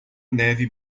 neve